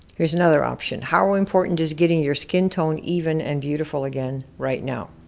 here's another option. how important is getting your skin tone even and beautiful again right now?